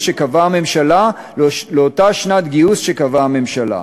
שקבעה הממשלה לאותה שנת גיוס" שקבעה הממשלה.